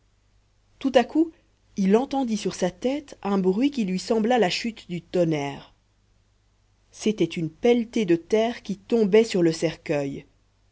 tout à coup il entendit sur sa tête un bruit qui lui sembla la chute du tonnerre c'était une pelletée de terre qui tombait sur le cercueil